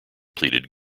pleaded